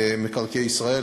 מקרקעי ישראל,